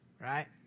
right